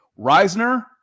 Reisner